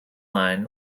line